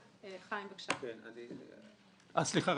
סליחה,